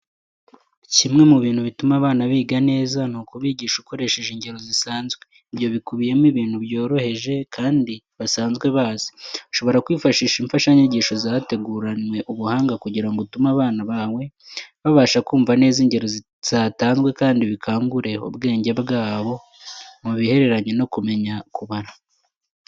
Kimwe mu bintu bituma abana biga neza, ni ukubigisha ukoresheje ingero zisanzwe. Ibyo bikubiyemo ibintu byoroheje kandi basanzwe bazi. Ushobora kwifashisha imfashanyigisho zateguranwe ubuhanga kugira ngo utume abana bawe babasha kumva neza ingero zatanzwe kandi bikangure ubwenge bwabo mu bihereranye no kumenya kubara.